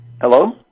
hello